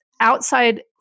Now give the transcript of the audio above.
outside